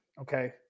okay